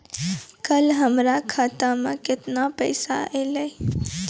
कल हमर खाता मैं केतना पैसा आइल छै?